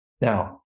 now